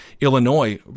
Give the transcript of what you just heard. Illinois